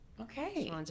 Okay